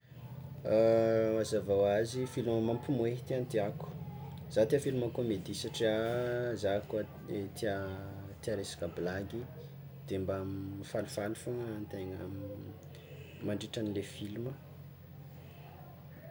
Mazava ho azy, filma mampimoe tegna tiako, zah tià filma kômedy satria zah koa tià tià resaka blagy de mifalifaly fôgna tegna mandritranle filma.